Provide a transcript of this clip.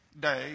Day